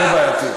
יותר בעייתי.